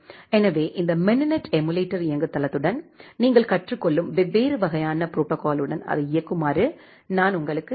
எனவே இந்த Mininet emulator இயங்குதளத்துடனும் நீங்கள் கற்றுக் கொள்ளும் வெவ்வேறு வகையான ப்ரோடோகாலுடன் அதை இயக்குமாறு நான் உங்களுக்கு அறிவுறுத்துகிறேன்